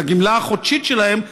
את הגמלה החודשית שלהם,